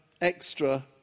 extra